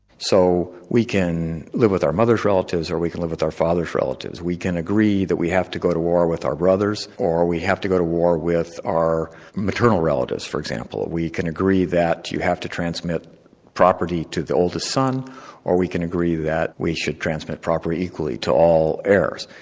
so we can live with our mother's relatives or we can live with our father's relatives, we can agree that we have to go to war with our brothers, or we have to go to war with our maternal relatives for example. ah we can agree that you have to transmit property to the oldest son or we can agree that we should transmit property equally to all heirs.